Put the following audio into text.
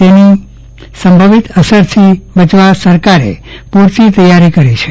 તેની સંભંવિત અસરથી બચવા સરકારે પુરતી તૈયારી કરી છે